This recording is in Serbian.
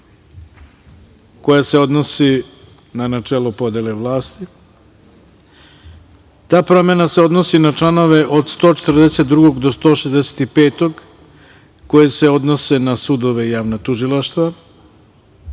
koja se odnosi na načelo podele vlasti. Ta promena se odnosi na članove od 142. do 165. koji se odnose na sudove i javna tužilaštva